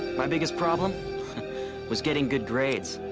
my biggest problem was getting good grades.